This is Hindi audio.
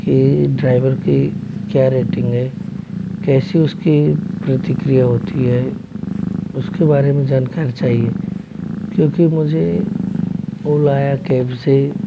कि ड्राइवर की क्या रेटिंग है कैसी उसकी प्रतिक्रिया होती है उसके बारे में जानकारी चाहिए क्योंकि मुझे ओला या कैब से